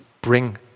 bring